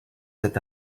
cet